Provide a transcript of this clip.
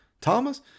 Thomas